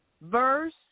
Verse